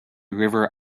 river